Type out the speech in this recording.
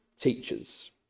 teachers